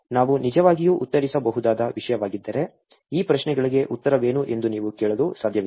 ನಾವು ನಿಜವಾಗಿಯೂ ಉತ್ತರಿಸಬಹುದಾದ ವಿಷಯವಾಗಿದ್ದರೆ ಈ ಪ್ರಶ್ನೆಗಳಿಗೆ ಉತ್ತರವೇನು ಎಂದು ನೀವು ಕೇಳಲು ಸಾಧ್ಯವಿಲ್ಲ